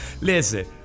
listen